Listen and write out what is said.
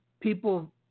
People